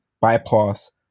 bypass